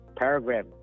paragraph